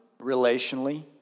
relationally